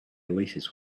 oasis